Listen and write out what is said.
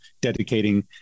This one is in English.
dedicating